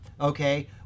okay